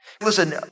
Listen